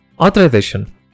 Authorization